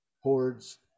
Hordes